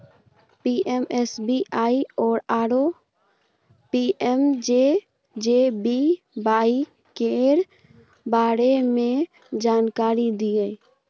PMSBY आरो PMJJBY के बारे मे जानकारी दिय?